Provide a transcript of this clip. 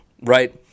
right